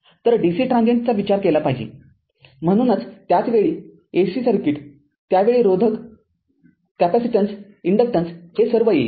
तर डीसी ट्रांजीएंटचा विचार केला पाहिजेम्हणूनच त्याच वेळी एसी सर्किट त्यावेळी रोधक कॅपेसिटेन्स इन्डक्टन्स हे सर्व येईल